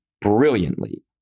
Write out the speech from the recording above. brilliantly